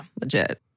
legit